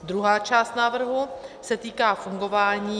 Druhá část návrhu se týká fungování